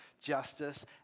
justice